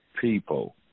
people